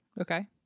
okay